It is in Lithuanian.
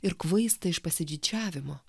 ir kvaista iš pasididžiavimo